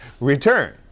return